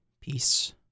peace